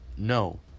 No